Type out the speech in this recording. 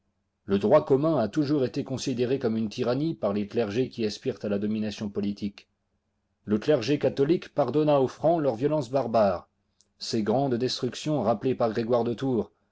le droit commun a toujours été considéré comme une tyrannie par les clergés qui aspirent à la domination politique le clergé catholique pardonna aux francs leurs violences barbares ces grandes destructions rappelées par grégoire de tours